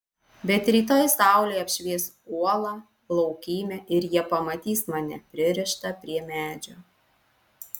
bet rytoj saulė apšvies uolą laukymę ir jie pamatys mane pririštą prie medžio